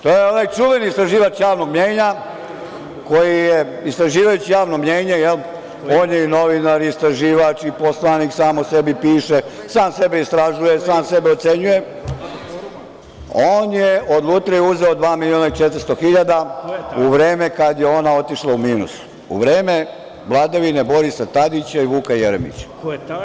To je onaj čuveni istraživač javnog mnjenja, koji je istraživajući javno mnjenje, on je i novinar i istraživač i poslanik, sam o sebi piše, sam sebe istražuje, sam sebe ocenjuje, on je od „Lutrije“ uzeo 2.400.000 u vreme kada je ona otišla u minus, u vreme vladavine Borisa Tadića i Vuka Jeremića.